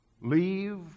leave